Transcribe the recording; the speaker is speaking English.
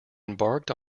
embarked